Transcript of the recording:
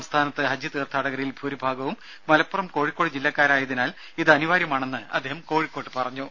സംസ്ഥാനത്ത് ഹജ്ജ് തീർത്ഥാടകരിൽ ഭൂരിഭാഗവും മലപ്പുറം കോഴിക്കോട് ജില്ലക്കാരായതിനാൽ ഇത് അനിവാര്യമാണെന്നും അദ്ദേഹം കോഴിക്കോട്ട് പറഞ്ഞു